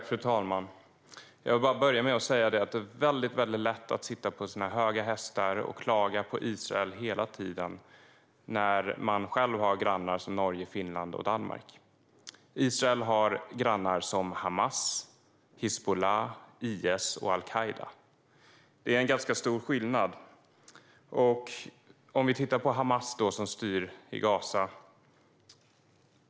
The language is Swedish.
Fru talman! Jag vill börja med att säga att det är väldigt lätt att sitta på sina höga hästar och hela tiden klaga på Israel när man själv har grannar som Norge, Finland och Danmark. Israel har grannar som Hamas, Hizbollah, IS och al-Qaida. Det är en ganska stor skillnad. Vi kan titta på Hamas som styr i Gaza.